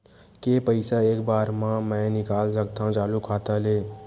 के पईसा एक बार मा मैं निकाल सकथव चालू खाता ले?